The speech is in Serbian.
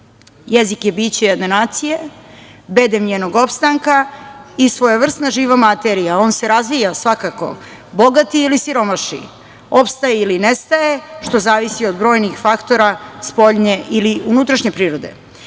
Jezik je biće jedne nacije, bedem njenog opstanka i svojevrsna živa materija. On se razvija, bogati ili siromaši, opstaje ili nestaje, što zavisi od brojnih faktora spoljne ili unutrašnje prirode. Kada